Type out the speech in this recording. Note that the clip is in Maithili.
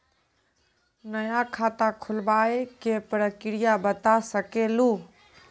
नया खाता खुलवाए के प्रक्रिया बता सके लू?